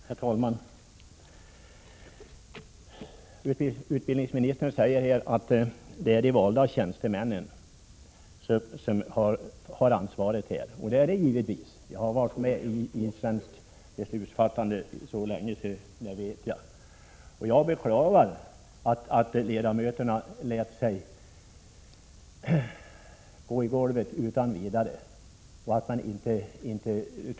Herr talman! Utbildningsministern säger att det är de valda representanterna som har ansvaret, och så är det givetvis — det vet jag efter att så länge ha varit med i svenskt beslutsfattande. Jag beklagar att ledamöterna godtog beslutet utan vidare och inte tog i hårt.